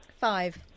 five